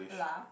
lah